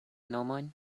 nomojn